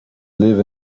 live